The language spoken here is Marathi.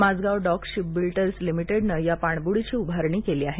माझगाव डॉक शिपबिल्डर्स लिमिटेडनं या पाणबुडीची उभारणी केली आहे